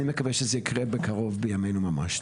אני מקווה שזה יקרה בקרוב בימינו ממש,